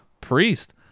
Priest